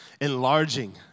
enlarging